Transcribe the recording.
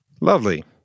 Lovely